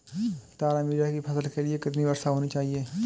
तारामीरा की फसल के लिए कितनी वर्षा होनी चाहिए?